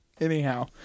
Anyhow